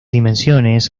dimensiones